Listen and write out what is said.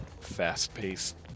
fast-paced